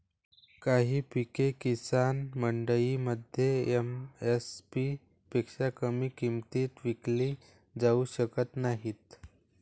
काही पिके किसान मंडईमध्ये एम.एस.पी पेक्षा कमी किमतीत विकली जाऊ शकत नाहीत